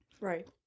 Right